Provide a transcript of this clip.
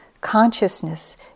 Consciousness